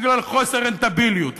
בגלל חוסר רנטביליות,